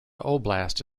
oblast